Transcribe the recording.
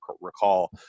recall